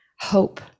hope